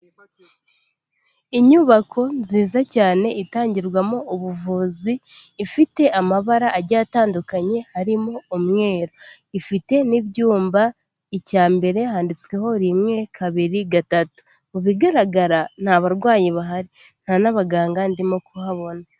Inyubako nziza cyane itangirwamo ubuvuzi ifite amabara agiye atandukanye harimo umweru, ifite n'ibyumba icya mbere handitsweho rimwe kabiri gatatu, mu bigaragara nta barwayi bahari nta n'abaganga ndimo kuhabona.